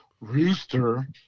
Rooster